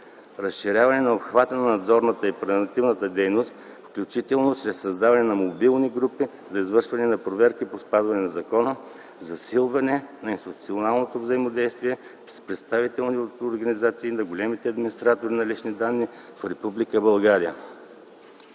разширяване на обхвата на надзорната и превантивната дейност, включително чрез създаване на мобилни групи за извършване на проверки, поставяни от закона; засилване на институционалното взаимодействие с представителни организации на големите администратори на лични данни в Република България.